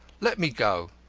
let me go.